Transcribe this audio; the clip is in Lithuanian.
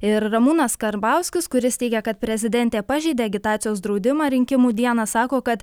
ir ramūnas karbauskis kuris teigia kad prezidentė pažeidė agitacijos draudimą rinkimų dieną sako kad